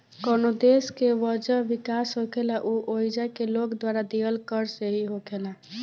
कवनो देश के वजह विकास होखेला उ ओइजा के लोग द्वारा दीहल कर से ही होखेला